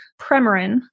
Premarin